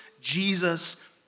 Jesus